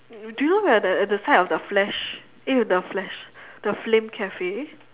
do you remember at the side of the flash eh the flash the flame cafe